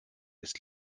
ist